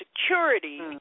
Security